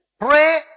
pray